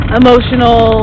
emotional